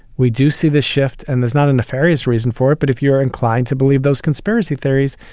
we do see this shift and there's not a nefarious reason for it. but if you're inclined to believe those conspiracy theories,